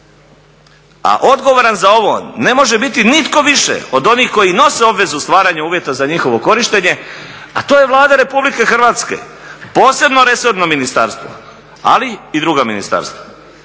A odgovoran za ovo ne može biti nitko više od onih koji nose obvezu stvaranja uvjeta za njihovo korištenje a to je Vlada Republike Hrvatske, posebno resorno ministarstvo ali i druga ministarstva.